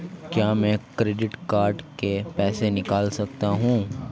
क्या मैं credit card से पैसे निकाल सकता हूँ?